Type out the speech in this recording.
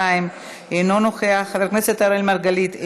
חבר הכנסת מסעוד גנאים,